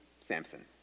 Samson